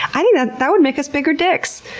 i think that that would make us bigger dicks.